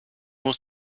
muss